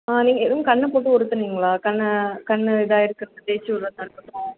ஆ நீங்கள் எதுவும் கண்ணை போட்டு உறுத்துனீங்களா கண்ணை கண் இதாகிருக்குன்ட்டு தேய்ச்சி விட்றதா இருக்கட்டும்